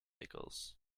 pickles